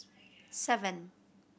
seven